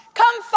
come